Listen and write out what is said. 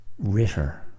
Ritter